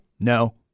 No